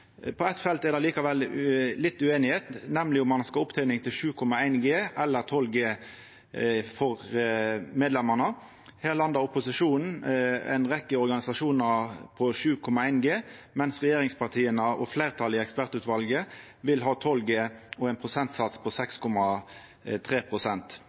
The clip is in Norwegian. På eitt felt er det likevel litt ueinigheit, nemleg om ein skal ha opptening til 7,1 G eller 12 G for medlemene. Her landa opposisjonen og ei rekkje organisasjonar på 7,1 G, mens regjeringspartia og fleirtalet i ekspertutvalet vil ha 12 G og ein prosentsats på